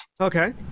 Okay